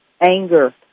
anger